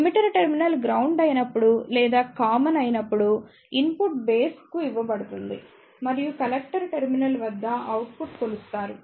emitter terminal ground అయినప్పుడు లేదా common అయినప్పుడుఇన్పుట్ బేస్ కు ఇవ్వబడుతుంది మరియు కలెక్టర్ టెర్మినల్ వద్ద అవుట్పుట్ కొలుస్తారు